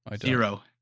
Zero